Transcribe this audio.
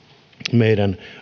meidän